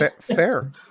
Fair